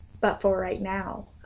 but-for-right-now